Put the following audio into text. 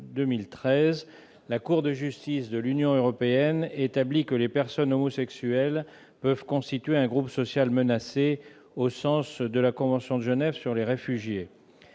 2013, la Cour de justice de l'Union européenne établit que les personnes homosexuelles peuvent constituer un groupe social menacé au sens de la convention de Genève sur les réfugiés.